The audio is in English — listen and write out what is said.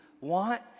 want